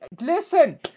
Listen